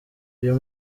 uyu